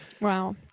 Wow